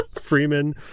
Freeman